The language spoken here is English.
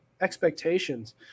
expectations